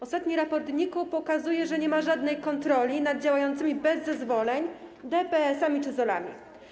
Ostatni raport NIK-u pokazuje, że nie ma żadnej kontroli nad działającymi bez zezwoleń DPS-ami czy ZOL-ami.